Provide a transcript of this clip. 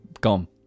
gone